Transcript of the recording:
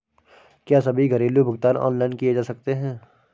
क्या सभी घरेलू भुगतान ऑनलाइन किए जा सकते हैं?